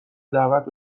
دعوت